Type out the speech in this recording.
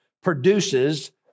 produces